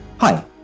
Hi